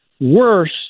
worse